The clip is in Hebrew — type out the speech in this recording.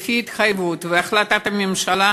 לפי התחייבות והחלטת הממשלה,